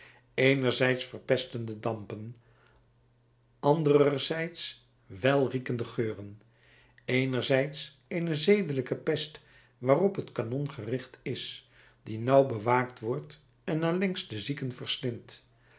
eenerzijds verpestende dampen andererzijds welriekende geuren eenerzijds eene zedelijke pest waarop het kanon gericht is die nauw bewaakt wordt en allengs de zieken